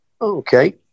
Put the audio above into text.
Okay